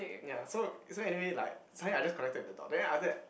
ya so so anyway like suddenly I just connected with the dog then after that